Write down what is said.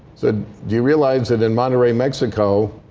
so do you realize that in monterey, mexico,